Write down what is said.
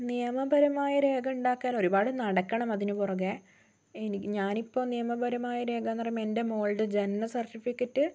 നിയമപരമായ രേഖ ഉണ്ടാക്കാൻ ഒരുപാട് നടക്കണം അതിനുപുറകെ എനിക്ക് ഞാനിപ്പോൾ നിയമപരമായ രേഖയെന്ന് പറയുമ്പോ എന്റെ മോളുടെ ജനന സർട്ടിഫിക്കറ്റ്